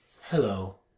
Hello